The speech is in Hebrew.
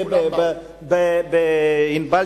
ב"ענבל",